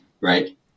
right